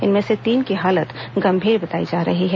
इनमें से तीन की हालत गंभीर बताई जा रही है